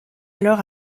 alors